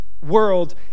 world